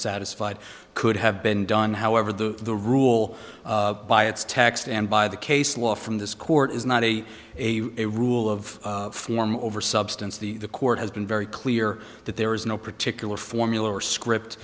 satisfied could have been done however the the rule by its text and by the case law from this court is not a a a rule of form over substance the the court has been very clear that there is no particular formula or script